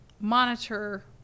Monitor